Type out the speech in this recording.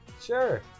sure